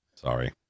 Sorry